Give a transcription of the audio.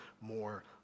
more